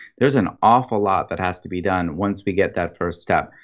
there's an awful lot that has to be done once we get that first step.